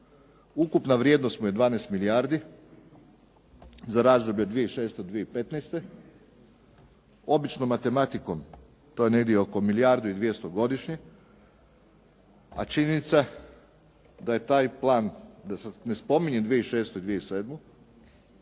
Ukupna vrijednost mu je 12 milijardi za razdoblje od 2006. do 2015. Običnom matematikom to je negdje oko milijardu i 200 godišnje a činjenica da je taj plan, da sad ne spominjem 2006. i 2007. a bili